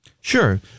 Sure